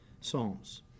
psalms